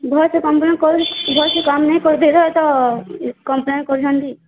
ଭଲସେ କମ୍ପ୍ଲେନ୍ କରୁଛି ଭଲସେ କାମ ନାଇଁ କରବାର ତ ଇଏ କମ୍ପ୍ଲେନ୍ କରୁଛନ୍ତି